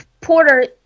Porter